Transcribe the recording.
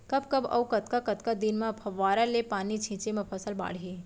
कब कब अऊ कतका कतका दिन म फव्वारा ले पानी छिंचे म फसल बाड़ही?